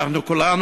אנחנו כולנו,